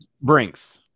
brinks